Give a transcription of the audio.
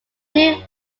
new